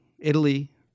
Italy